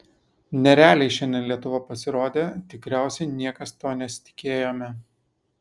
nerealiai šiandien lietuva pasirodė tikriausiai niekas to nesitikėjome